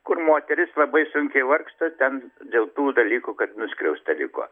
kur moteris labai sunkiai vargsta ten dėl tų dalykų kad nuskriausta liko